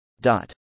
Dot